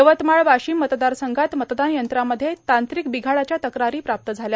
यवतमाळ वाशिम मतदार संघात मतदान यंत्रामध्ये तांत्रिक बिघाडाच्या तक्रारी प्राप्त झाल्या